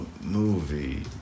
Movie